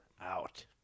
Out